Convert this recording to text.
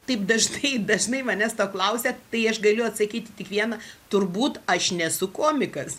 taip dažnai dažnai manęs to klausia tai aš galiu atsakyti tik vieną turbūt aš nesu komikas